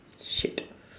shit